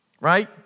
Right